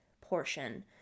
portion